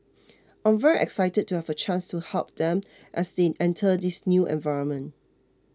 I'm very excited to have a chance to help them as they enter this new environment